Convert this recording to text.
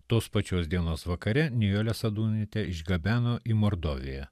tos pačios dienos vakare nijolę sadūnaitę išgabeno į mordoviją